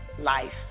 life